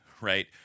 right